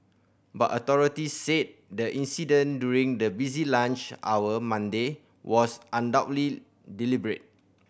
but authorities said the incident during the busy lunch hour Monday was undoubtedly deliberate